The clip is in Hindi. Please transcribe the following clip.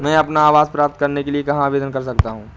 मैं अपना आवास प्राप्त करने के लिए कहाँ आवेदन कर सकता हूँ?